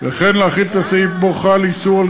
וכן להחיל את הסעיף שבו חל איסור על